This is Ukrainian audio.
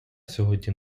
сьогодні